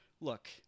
Look